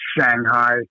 Shanghai